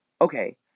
Okay